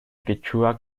quechua